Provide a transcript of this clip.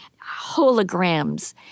holograms